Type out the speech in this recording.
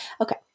Okay